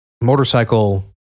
motorcycle